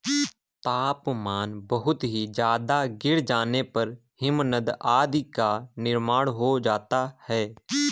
तापमान बहुत ही ज्यादा गिर जाने पर हिमनद आदि का निर्माण हो जाता है